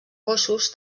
gossos